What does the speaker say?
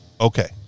Okay